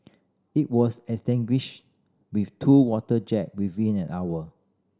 it was extinguished with two water jet within an hour